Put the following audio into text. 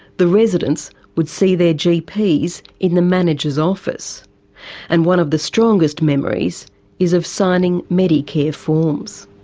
the residents would see their gps in the manager's office and one of the strongest memories is of signing medicare forms.